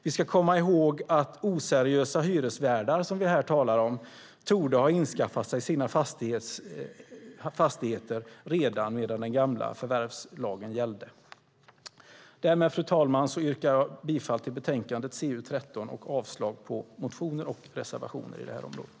Vi ska komma ihåg att oseriösa hyresvärdar, som vi här talar om, torde ha inskaffat sina fastigheter redan medan den gamla förvärvslagen gällde. Därmed, fru talman, yrkar jag bifall till förslaget i betänkande CU13 och avslag på motioner och reservationer i ärendet.